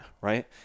right